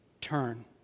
turn